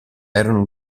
erano